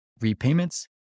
repayments